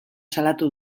salatu